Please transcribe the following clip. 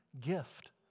gift